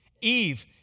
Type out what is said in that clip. Eve